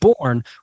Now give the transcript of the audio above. born